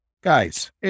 guys